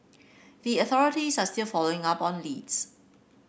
the authorities are still following up on leads